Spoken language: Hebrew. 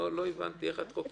לא הבנתי איך את חוקרת.